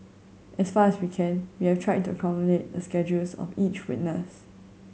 as far as we can we have tried to accommodate the schedules of each witness